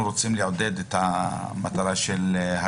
צריך להשאיר את שיקול הדעת לבית המשפט לטפל בעניינים האלה כמו שצריך,